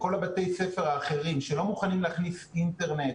לכל בתי הספר האחרים שלא מוכנים להכניס אינטרנט,